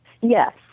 Yes